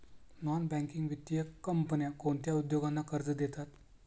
Non banking वित्तीय कंपन्या कोणत्या उद्योगांना कर्ज देतात?